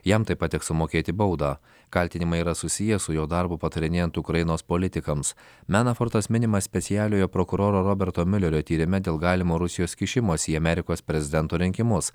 jam taip pat teks sumokėti baudą kaltinimai yra susiję su jo darbu patarinėjant ukrainos politikams menafortas minimas specialiojo prokuroro roberto milerio tyrime dėl galimo rusijos kišimosi į amerikos prezidento rinkimus